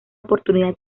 oportunidad